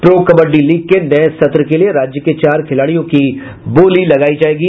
pro kabaddi league के नये सत्र के लिये राज्य के चार खिलाड़ियों की बोली लगेगी